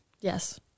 Yes